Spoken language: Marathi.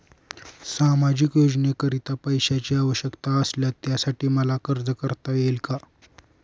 सामाजिक योजनेकरीता पैशांची आवश्यकता असल्यास त्यासाठी मला अर्ज करता येईल का?